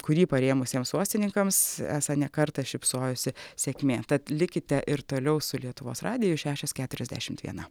kurį parėmusiems uostininkams esą ne kartą šypsojosi sėkmė tad likite ir toliau su lietuvos radiju šešios keturiasdešimt viena